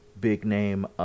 big-name